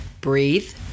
breathe